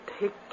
take